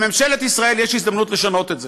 לממשלת ישראל יש הזדמנות לשנות את זה,